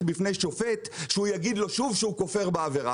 בפני שופט שהוא יגיד לו שוב שהוא כופר בעבירה?